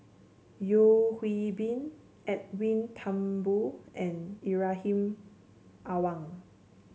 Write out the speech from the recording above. Yeo Hwee Bin Edwin Thumboo and Ibrahim Awang